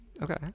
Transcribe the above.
Okay